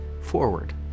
forward